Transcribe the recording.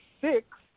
six